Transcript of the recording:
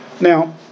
Now